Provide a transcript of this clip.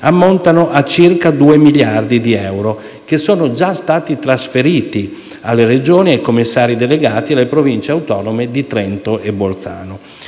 ad oggi a circa 2 miliardi di euro, che sono già stati trasferiti alle Regioni, ai commissari delegati e alle Province autonome di Trento e Bolzano.